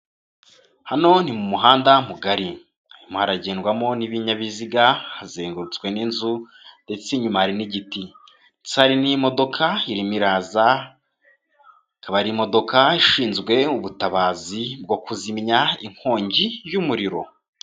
Hano ni mu muhanda mugari haragendwamo n'ibinyabiziga hazengurutswe n'inzu ndetse inyuma hari n'igiti. ndetse hari n'imodoka irimo iraza ikaba ari imodoka ishinzwe ubutabazi bwo kuzimya inkongi y'umuriro.